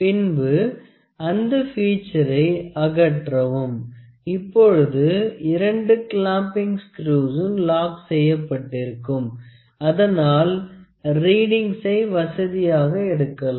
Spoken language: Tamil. பின்பு அந்த பீட்சரை அகற்றவும் இப்பொழுது இரண்டு கிளாம்ப்பிங் ஸ்க்ருவ்சும் லாக் செய்யப்பட்டிருக்கும் அதனால் ரீடிங்க்ஸை வசதியாக எடுக்கலாம்